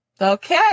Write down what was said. okay